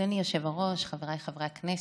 אדוני היושב-ראש, חבריי חברי הכנסת,